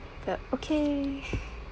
but okay